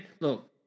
look